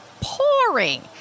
Pouring